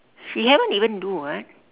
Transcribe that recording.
he haven't even do [what]